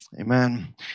Amen